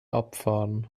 abfahren